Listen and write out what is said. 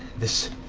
this